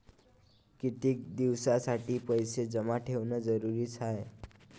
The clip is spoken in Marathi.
कितीक दिसासाठी पैसे जमा ठेवणं जरुरीच हाय?